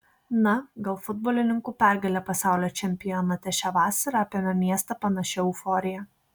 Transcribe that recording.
na gal futbolininkų pergalė pasaulio čempionate šią vasarą apėmė miestą panašia euforija